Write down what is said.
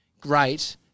great